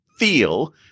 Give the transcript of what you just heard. Feel